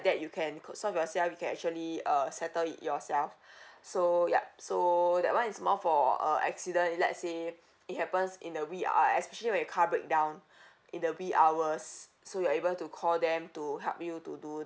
that you can co~ solve yourself you can actually uh settle it yourself so yup so that [one] is more for uh accident if let's say it happens in the wee uh especially when your car break down in the wee hours so you're able to call them to help you to do